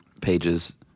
pages